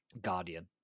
Guardian